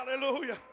Hallelujah